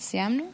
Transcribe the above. סיימנו?